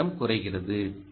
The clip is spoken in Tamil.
மின்னோட்டம் குறைகிறது